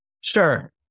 Sure